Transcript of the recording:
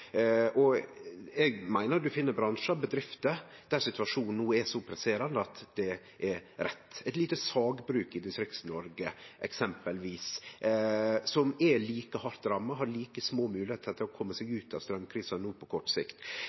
Eg meiner at ein finn bransjar og bedrifter der situasjonen no er så presserande at det er rett. Eit lite sagbruk i Distrikts-Noreg eksempelvis, som er like hardt ramma, har like lite mogelegheit til å kome seg ut av straumkrisa no på kort sikt.